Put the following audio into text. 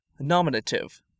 nominative